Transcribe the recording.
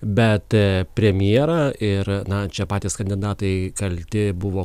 bet premjerą ir na čia patys kandidatai kalti buvo